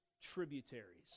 tributaries